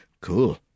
cool